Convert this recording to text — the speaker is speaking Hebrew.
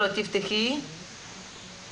לכולם, אני מטפלת סיעודית 23 שנים בתחום.